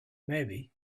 maybe